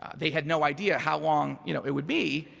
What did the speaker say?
they had no idea how long you know it would be,